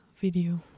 video